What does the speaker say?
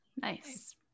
nice